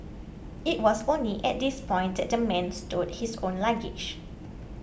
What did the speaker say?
it was only at this point that the man stowed his own luggage